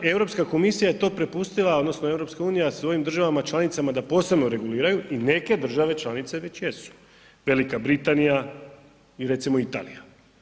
Europska komisija je to prepustila odnosno EU svojim državama članicama da posebno reguliraju i neke države članice već jesu Velika Britanija i recimo Italija.